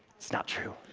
is not true.